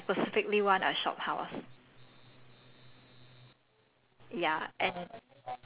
in singapore and the thing is like it's not just any house I specifically want a shophouse